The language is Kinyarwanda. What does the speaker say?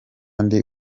ndi